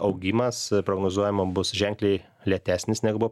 augimas prognozuojama bus ženkliai lėtesnis negu buvo